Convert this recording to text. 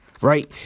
right